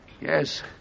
Yes